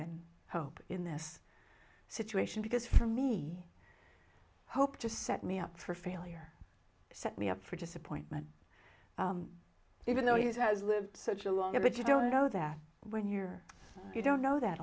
in hope in this situation because for me hope just set me up for failure set me up for disappointment even though he has lived such a long time but you don't know that when you're you don't know that